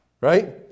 right